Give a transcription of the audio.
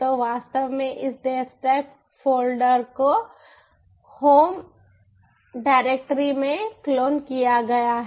तो वास्तव में इस देवस्टैक फ़ोल्डर को होम डायरेक्टरी में क्लोन किया गया है